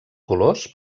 colors